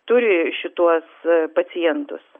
turi šituos pacientus